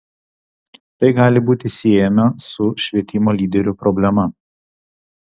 tai gali būti siejama su švietimo lyderių problema